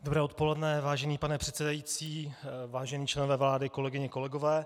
Dobré odpoledne, vážený pane předsedající, vážení členové vlády, kolegyně, kolegové.